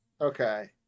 okay